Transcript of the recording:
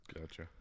gotcha